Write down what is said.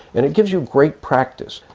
and it gives you great practice.